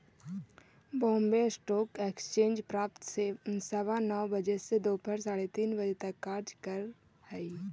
Bombay stock exchange प्रातः सवा नौ बजे से दोपहर साढ़े तीन तक कार्य करऽ हइ